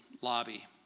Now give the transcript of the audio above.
lobby